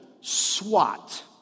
swat